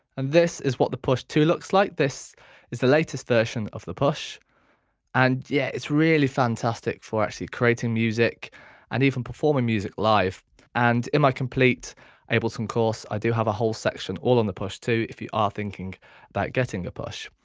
and this is what the push two looks like this is the latest version of the push and yeah it's really fantastic for actually creating music and even performing music live and in my complete ableton course i do have a whole section all on the push two if you are thinking about getting a push.